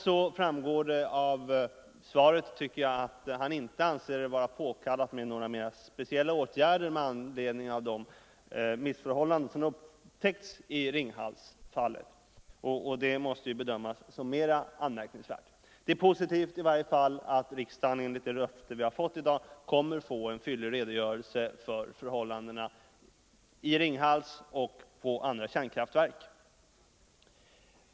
Däremot framgår det av svaret, tycker jag, att han inte anser det vara påkallat med några mer §peciella åtgärder med anledning av de missförhållanden som upptäckts i Ringhalsfallet. Det måste bedömas som anmärkningsvärt. Det är i varje fall positivt att riksdagen, enligt det löfte vi har fått, kommer att få en fyllig redogörelse för förhållandena i Ringhals och vid andra kärnkraftverk.